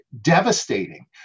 devastating